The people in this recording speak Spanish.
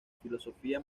filosofía